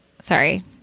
Sorry